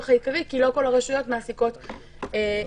העיקרי כי לא כל הרשויות מעסיקות מפקח